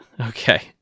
okay